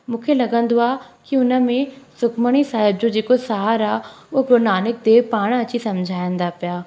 मूंखे लॻंदो आहे की उन में सुखमणी सहिब जो जेको सार आहे उहो गुरुनानक देव पाण अची सम्झाइनि था पिया